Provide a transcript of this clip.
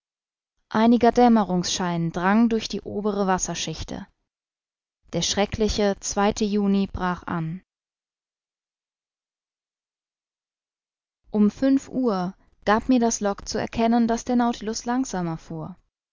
einiger dämmerungsschein drang durch die obere wasserschichte der schreckliche zweite juni brach an um fünf uhr gab mir das log zu erkennen daß der nautilus langsamer fuhr